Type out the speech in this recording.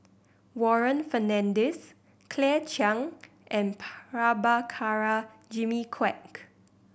Warren Fernandez Claire Chiang and Prabhakara Jimmy Quek